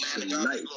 tonight